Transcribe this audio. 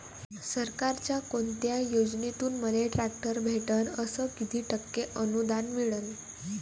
सरकारच्या कोनत्या योजनेतून मले ट्रॅक्टर भेटन अस किती टक्के अनुदान मिळन?